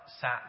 sat